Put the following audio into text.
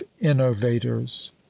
innovators